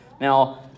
Now